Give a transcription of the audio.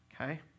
okay